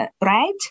right